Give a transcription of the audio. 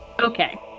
okay